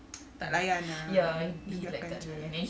tak layan lah dia biarkan jer